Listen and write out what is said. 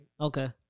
Okay